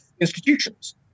institutions